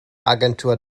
agentur